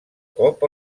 cop